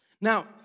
Now